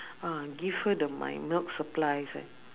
uh give her the my milk supplies eh